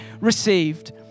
received